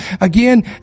again